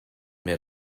mid